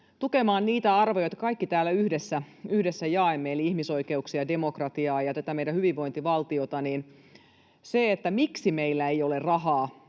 tukemaan niitä arvoja, joita kaikki täällä yhdessä jaamme, eli ihmisoikeuksia ja demokratiaa ja meidän hyvinvointivaltiota. Se, miksi meillä ei ole rahaa